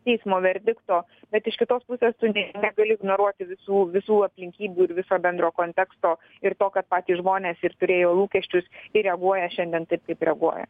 teismo verdikto bet iš kitos pusės tu ne negali ignoruoti visų visų aplinkybių ir viso bendro konteksto ir to kad patys žmonės ir turėjo lūkesčius ir reaguoja šiandien taip kaip reaguoja